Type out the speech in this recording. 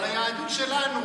אבל היהדות שלנו,